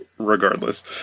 Regardless